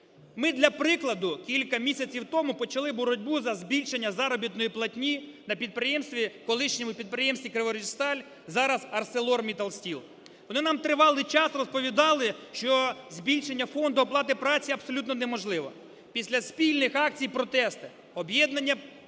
Ми, для прикладу, кілька місяців тому почали боротьбу за збільшення заробітної платні на підприємстві, колишньому підприємстві "Криворіжсталь", зараз "АрселорМітталСтіл". Вони нам тривалий час розповідали, що збільшення фонду оплати праці абсолютно неможливо. Після спільних акцій протесту об'єднання,